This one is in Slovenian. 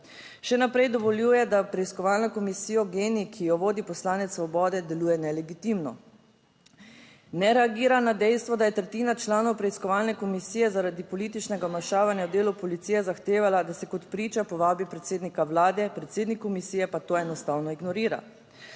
Še naprej dovoljuje, da preiskovalna komisija GENI-I, ki jo vodi poslanec Svobode, deluje nelegitimno. Ne reagira na dejstvo, da je tretjina članov preiskovalne komisije zaradi političnega vmešavanja v delo policije zahtevala, da se kot priča povabi predsednika vlade, predsednik komisije pa to enostavno ignorira.